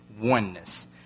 oneness